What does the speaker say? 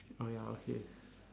oh ya okay